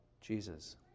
Jesus